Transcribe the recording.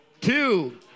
Two